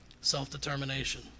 self-determination